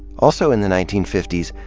also in the nineteen fifty s,